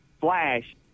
flash